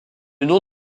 nom